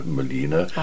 Melina